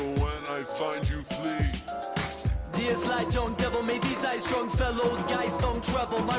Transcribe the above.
when i find you flee he is like joan devil made these eyes young fellows guys song trouble